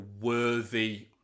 worthy